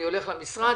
אני הולך למשרד,